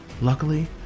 Luckily